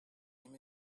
him